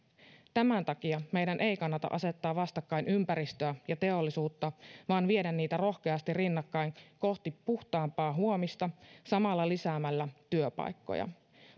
tämän takia meidän ei kannata asettaa vastakkain ympäristöä ja teollisuutta vaan viedä niitä rohkeasti rinnakkain kohti puhtaampaa huomista samalla lisäämällä työpaikkoja